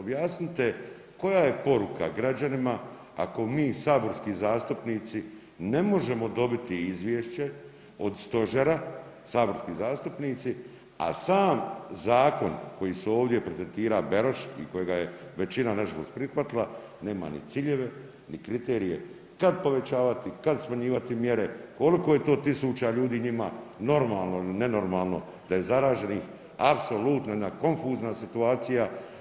Objasnite koja je poruka građanima ako mi saborski zastupnici ne možemo dobiti izvješće od stožera, saborski zastupnici, a sam zakon koji su ovdje prezentira Beroš i kojega je većina nažalost prihvatila nema ni ciljeve, ni kriterije kad povećavati kad smanjivati mjere, koliko je to tisuća ljudi njima normalno il nenormalno da je zaraženih, apsolutno jedna konfuzna situacija.